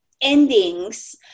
endings